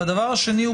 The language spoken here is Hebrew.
התכלית השנייה,